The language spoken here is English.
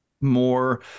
more